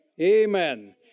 Amen